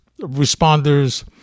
responders